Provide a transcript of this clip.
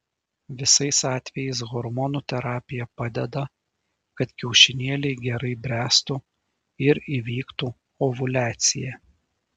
visais atvejais hormonų terapija padeda kad kiaušinėliai gerai bręstų ir įvyktų ovuliacija